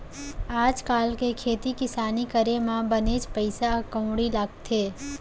आज काल के खेती किसानी करे म बनेच पइसा कउड़ी लगथे